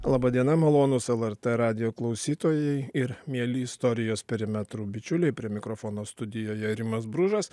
laba diena malonūs lrt radijo klausytojai ir mieli istorijos perimetrų bičiuliai prie mikrofono studijoje rimas bružas